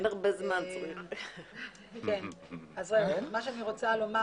אני רוצה לומר